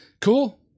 Cool